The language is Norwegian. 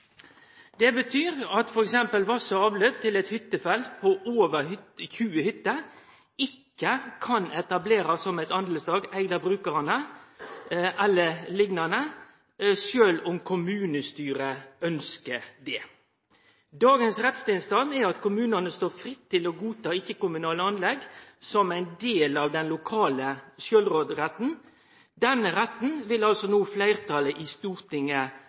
Det betyr at f.eks. vatn og avløp til eit hyttefelt på over 20 hytter ikkje kan etablerast som eit partlag ått av brukarane eller liknande, sjølv om kommunestyret ønskjer det. Dagens rettstilstand er at kommunane står fritt til å godta ikkje-kommunale anlegg som ein del av den lokale sjølvråderetten. Denne retten vil altså no fleirtalet i Stortinget